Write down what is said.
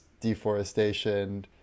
deforestation